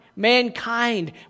Mankind